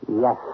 Yes